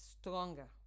stronger